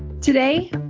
Today